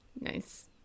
Nice